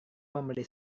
membeli